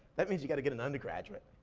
that means you gotta get an undergraduate